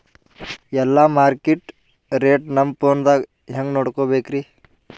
ಎಲ್ಲಾ market rate ನಮ್ ಫೋನದಾಗ ಹೆಂಗ ನೋಡಕೋಬೇಕ್ರಿ?